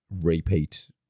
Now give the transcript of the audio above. repeat